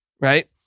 right